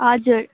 हजुर